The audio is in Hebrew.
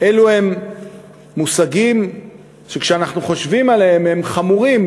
אלו הם מושגים שכשאנחנו חושבים עליהם הם חמורים,